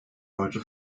heute